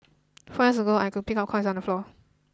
four years ago I could pick up coins on the floor